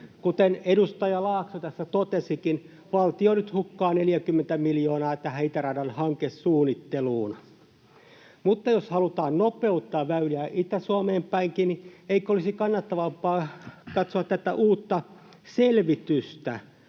Kuten edustaja Laakso tässä totesikin, nyt valtio hukkaa 40 miljoonaa itäradan hankesuunnitteluun. Jos halutaan nopeuttaa väyliä Itä-Suomeenkin päin, niin eikö olisi kannattavampaa katsoa tätä uutta selvitystä?